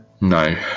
No